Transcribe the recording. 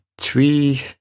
three